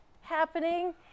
happening